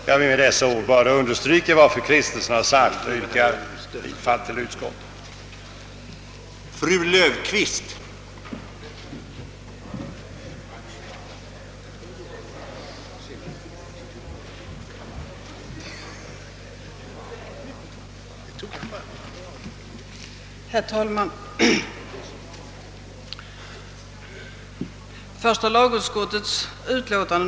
Jag vill med detta bara ytterligare understryka vad fru Kristensson har sagt och yrkar bifall till reservation nr 1 samt i övrigt till utskottets hemställan.